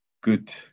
Good